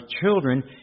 children